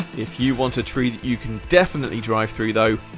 if you want a tree you can definitely drive through though,